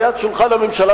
ליד שולחן הממשלה,